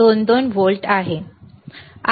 22 volt आहे